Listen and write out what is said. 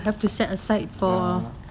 ya